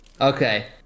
Okay